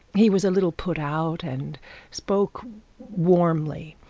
he was a little put out and spoke warmly.